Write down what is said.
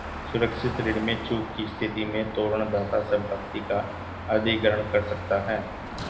सुरक्षित ऋण में चूक की स्थिति में तोरण दाता संपत्ति का अधिग्रहण कर सकता है